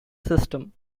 system